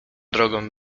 drogą